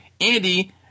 Andy